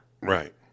Right